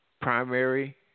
primary